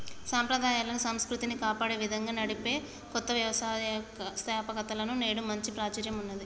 సంప్రదాయాలను, సంస్కృతిని కాపాడే విధంగా నడిపే కొత్త వ్యవస్తాపకతలకు నేడు మంచి ప్రాచుర్యం ఉన్నది